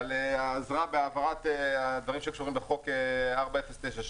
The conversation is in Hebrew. על העזרה בהעברת הדברים שקשורים בחוק 4097,